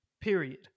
Period